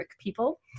people